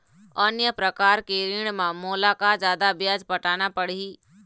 अन्य प्रकार के ऋण म मोला का जादा ब्याज पटाना पड़ही?